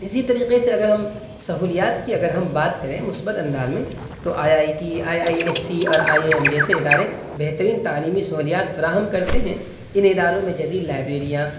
اسی طریقے سے اگر ہم سہولیات کی اگر ہم بات کریں مثبت انداز میں تو I I T I I S C I I M جسیے ادارے بہترین تعلیمی سہولیات فراہم کرتے ہیں ان اداروں میں جدید لائبریریاں